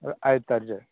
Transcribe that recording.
आयतारचें